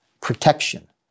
protection